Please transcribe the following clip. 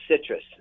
citrus